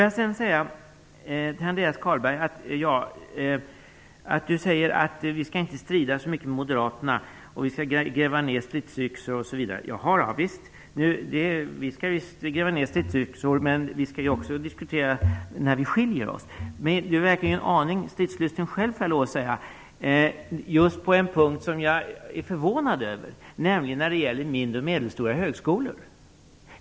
Andreas Carlgren säger att vi inte skall strida så mycket med moderaterna, vi skall gräva ner stridsyxor. Javisst, vi skall gräva ner stridsyxor, men vi skall också diskutera åsiktsskillnader. Andreas Carlgren verkar en aning stridslysten själv, får jag lov att säga, just på en punkt som jag är förvånad över, nämligen när det gäller mindre och medelstora högskolor.